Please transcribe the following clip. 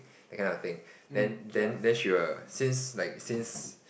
that kind of thing then then then she will since like since